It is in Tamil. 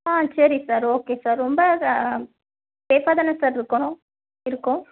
ஆ சரி சார் ஓகே சார் ரொம்ப சேஃபாக தானே சார் இருக்கணும் இருக்கும்